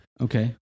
Okay